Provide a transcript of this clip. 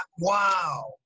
wow